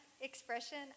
expression